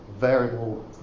variable